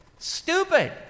Stupid